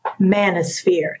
manosphere